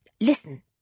Listen